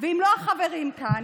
ואם לא החברים כאן,